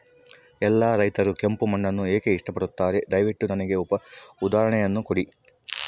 ಎಲ್ಲಾ ರೈತರು ಕೆಂಪು ಮಣ್ಣನ್ನು ಏಕೆ ಇಷ್ಟಪಡುತ್ತಾರೆ ದಯವಿಟ್ಟು ನನಗೆ ಉದಾಹರಣೆಯನ್ನ ಕೊಡಿ?